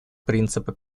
принципы